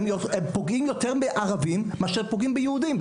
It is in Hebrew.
הפגיעה של ערבים בינם לבין עצמם גדולה מהפגיעה ביהודים,